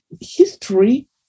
history